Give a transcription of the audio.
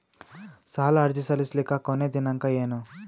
ಸಾಲ ಅರ್ಜಿ ಸಲ್ಲಿಸಲಿಕ ಕೊನಿ ದಿನಾಂಕ ಏನು?